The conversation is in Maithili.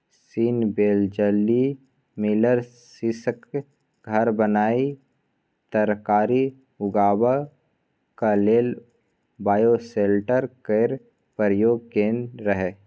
सीन बेलेजली मिलर सीशाक घर बनाए तरकारी उगेबाक लेल बायोसेल्टर केर प्रयोग केने रहय